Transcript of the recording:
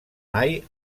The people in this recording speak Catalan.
mai